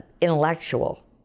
intellectual